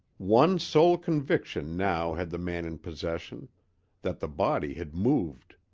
one sole conviction now had the man in possession that the body had moved.